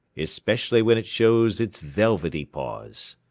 especially when it shows its velvety paws.